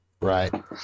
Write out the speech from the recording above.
right